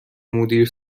مدیر